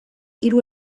hiru